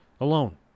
Alone